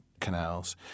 canals